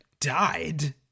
died